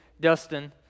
Dustin